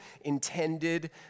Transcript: intended